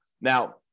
Now